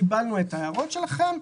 קיבלנו את ההערות שלכם,